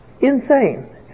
insane